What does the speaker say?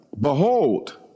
behold